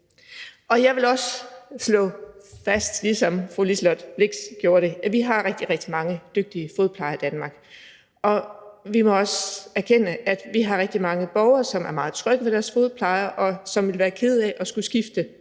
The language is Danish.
Jeg vil også slå fast, ligesom fru Liselott Blixt gjorde det, at vi har rigtig, rigtig mange dygtige fodplejere i Danmark, og vi må også erkende, at vi har rigtig mange borgere, som er meget trygge ved deres fodplejer, og som ville være kede af at skulle skifte,